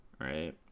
right